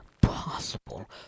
possible